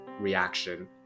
reaction